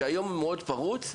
שכיום הוא מאוד פרוץ.